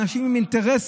אנשים עם אינטרסים,